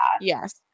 yes